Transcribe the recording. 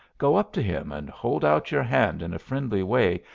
go up to him and hold out your hand in a friendly way,